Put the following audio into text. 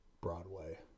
broadway